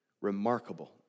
remarkable